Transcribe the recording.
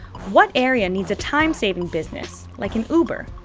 what area needs a timesaving business like an uber?